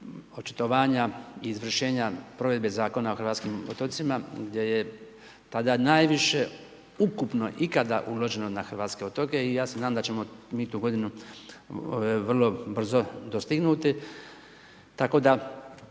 očitovanja izvršenja provedbe Zakona o hrvatskim otocima gdje je tada najviše ukupno ikada uloženo na hrvatske otoke i ja se nadam da ćemo mi tu godinu vrlo brzo dostignuti, tako da